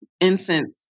Incense